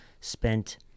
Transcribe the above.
spent